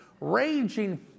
raging